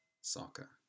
Soccer